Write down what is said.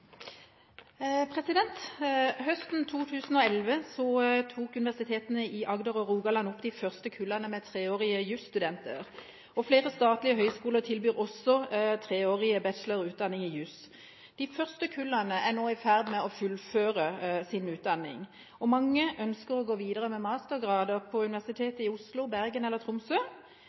treårige jusstudier. Flere statlige høgskoler tilbyr også treårig bachelorutdanning i juss. De første kullene er nå i ferd med å fullføre sin utdanning. Mange ønsker å gå videre til en mastergrad ved Universitetet i Oslo, Universitetet i Bergen eller Universitetet i Tromsø.